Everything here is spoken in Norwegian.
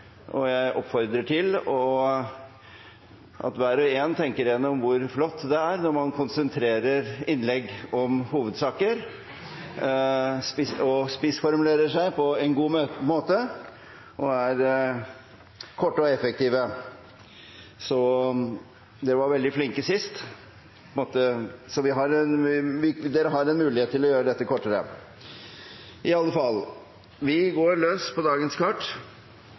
og jeg oppfordrer til at hver og en tenker igjennom hvor flott det er når man konsentrerer innlegg om hovedsaker, spissformulerer seg på en god måte og er korte og effektive. Representantene var veldig flinke sist og har en mulighet til å gjøre dette kortere. Presidenten vil foreslå at debatten blir begrenset til 2 timer, og at taletiden blir fordelt slik på